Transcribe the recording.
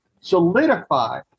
solidify